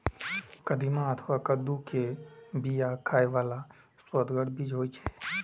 कदीमा अथवा कद्दू के बिया खाइ बला सुअदगर बीज होइ छै